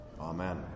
Amen